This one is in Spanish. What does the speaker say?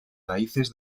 raíces